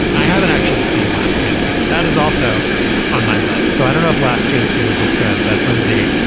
um i haven't actually seen last chance here that is also on my list. so i don't know if last chance here is this good. but lindsey,